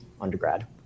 undergrad